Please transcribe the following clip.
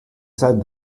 said